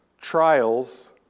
trials